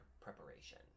preparation